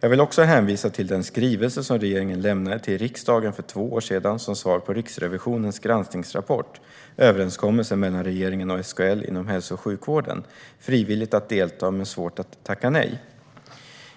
Jag vill också hänvisa till den skrivelse som regeringen lämnade till riksdagen för två år sedan som svar på Riksrevisionens granskningsrapport Överenskommelser mellan regeringen och SKL inom hälso och sjukvården - frivilligt att delta men svårt att tacka nej .